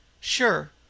Sure